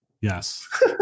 Yes